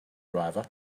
driver